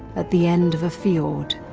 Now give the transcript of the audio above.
at the end of a fjord,